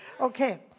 Okay